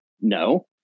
No